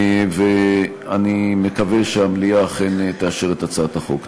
ואני מקווה שהמליאה אכן תאשר את הצעת החוק.